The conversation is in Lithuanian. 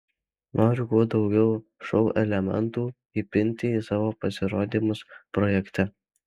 noriu kuo daugiau šou elementų įpinti į savo pasirodymus projekte